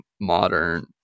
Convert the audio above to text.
modern